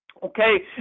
Okay